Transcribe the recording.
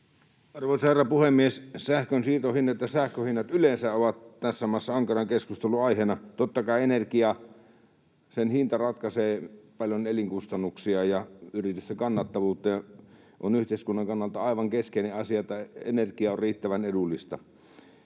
Arvoisa herra puhemies! Sähkön siirtohinnat ja sähkön hinnat yleensä ovat tässä maassa ankaran keskustelun aiheena. Totta kai energian hinta ratkaisee paljon elinkustannuksia ja yritysten kannattavuutta, ja on yhteiskunnan kannalta aivan keskeinen asia, että energia on riittävän edullista.